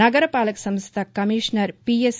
నగరపాలక సంస్థ commissioner PS